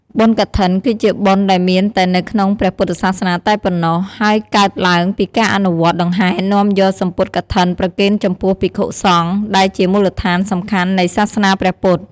បុណ្យកឋិន គឺជាបុណ្យដែលមានតែនៅក្នុងព្រះពុទ្ធសាសនាតែប៉ុណ្ណោះ ហើយកើតឡើងពីការអនុវត្តដង្ហែរនាំយកសំពត់កឋិនប្រគេនចំពោះភិក្ខុសង្ឃ ដែលជាមូលដ្ឋានសំខាន់នៃសាសនាព្រះពុទ្ធ។